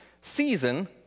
season